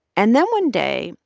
and then one day,